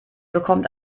bekommt